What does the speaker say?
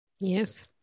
yes